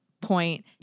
point